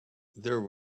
there